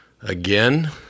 again